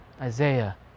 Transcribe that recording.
Isaiah